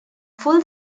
full